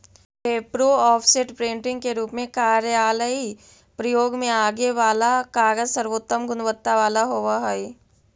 repro, offset, printing के रूप में कार्यालयीय प्रयोग में आगे वाला कागज सर्वोत्तम गुणवत्ता वाला होवऽ हई